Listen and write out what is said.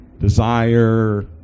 desire